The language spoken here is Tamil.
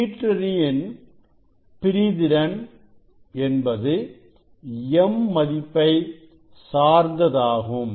கீற்றணியின் பிரிதிறன் என்பது m மதிப்பை சார்ந்ததாகும்